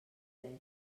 veig